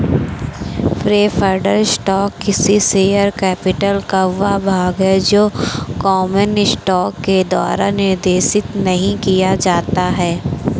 preferred stock किसी share capital का वह भाग है जो कॉमन स्टॉक के द्वारा निर्देशित नहीं किया जाता है